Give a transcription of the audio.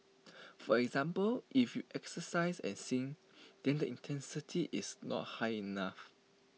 for example if you exercise and sing then the intensity is not high enough